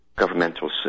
governmental